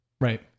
Right